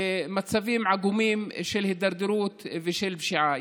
מצבים עגומים של הידרדרות ושל פשיעה.